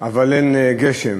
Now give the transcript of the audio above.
אבל אין גשם.